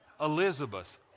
Elizabeth